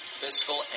fiscal